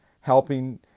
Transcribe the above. helping